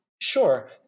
Sure